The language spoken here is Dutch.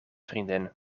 vriendin